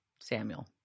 Samuel